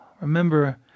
Remember